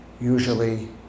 usually